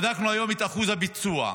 היום בדקנו את אחוז הביצוע,